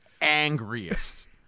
angriest